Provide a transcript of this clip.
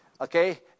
Okay